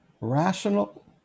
Rational